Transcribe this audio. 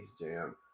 Jam